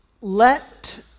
let